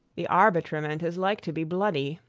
the arbitrement is like to be bloody.